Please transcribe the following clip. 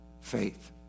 faith